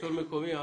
שלטון מקומי.